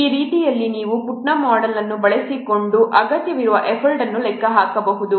ಈ ರೀತಿಯಲ್ಲಿ ನೀವು ಪುಟ್ನಮ್ ಮೋಡೆಲ್ ಅನ್ನು ಬಳಸಿಕೊಂಡು ಅಗತ್ಯವಿರುವ ಎಫರ್ಟ್ ಅನ್ನು ಲೆಕ್ಕ ಹಾಕಬಹುದು